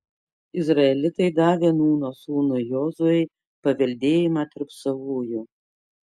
izraelitai davė nūno sūnui jozuei paveldėjimą tarp savųjų